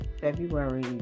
February